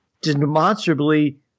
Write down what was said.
demonstrably